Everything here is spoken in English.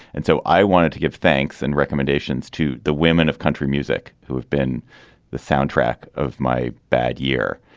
and so i wanted to give thanks and recommendations to the women of country music who have been the soundtrack of my bad year.